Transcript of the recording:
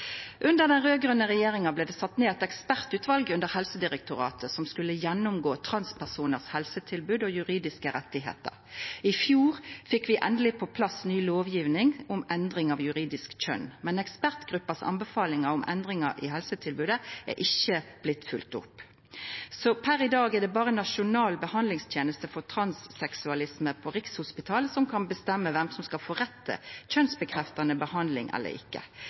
Under den raud-grøne regjeringa blei det satt ned eit ekspertutval under Helsedirektoratet som skulle gjennomgå transpersonars helsetilbod og juridiske rettar. I fjor fekk vi endeleg på plass ny lovgjeving om endring av juridisk kjønn, men ekspertgruppa si tilråding om endringar i helsetilbodet er ikkje blitt følgd opp. Per i dag er det bare Nasjonal behandlingsteneste for transseksualisme på Rikshospitalet som kan avgjera kven som skal få rett til kjønnsbekreftande behandling – eller ikkje